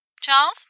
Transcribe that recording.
Charles